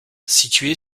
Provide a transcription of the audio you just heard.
situé